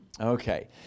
Okay